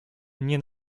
nie